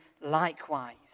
likewise